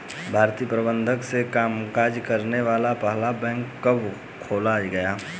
भारतीय प्रबंधन से कामकाज करने वाला पहला बैंक कब खोला गया?